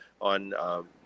on